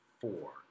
four